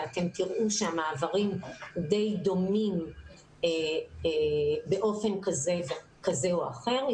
אתם תראו שהמעברים די דומים באופן כזה או אחר.